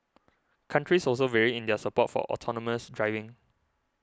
countries also vary in their support for autonomous driving